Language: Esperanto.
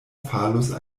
falos